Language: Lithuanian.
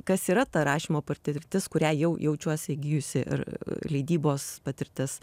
kas yra ta rašymo patirtis kurią jau jaučiuosi įgijusi ir leidybos patirtis